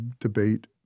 debate